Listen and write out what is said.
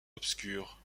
obscurs